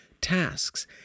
tasks